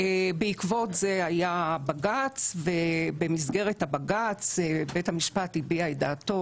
בעקבות זה היה הבג"ץ ובמסגרת הבג"ץ בית המשפט הביע את דעתו